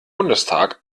bundestag